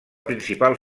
principal